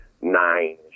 nine